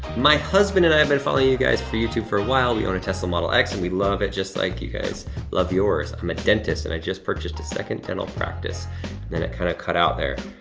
my husband and i have been following you guys for youtube for a while, we own a tesla model x and we love it just like you guys love yours. i'm a dentist and i just purchased a second dental practice, and then it kinda cut out there.